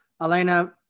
Elena